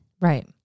Right